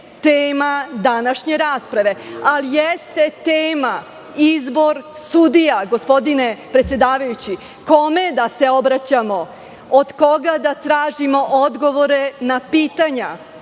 tema današnje rasprave, ali jeste tema izbor sudija, gospodine predsedavajući. Kome da se obraćamo, od koga da tražimo odgovore na pitanja